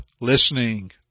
listening